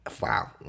Wow